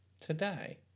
today